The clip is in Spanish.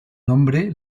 nombre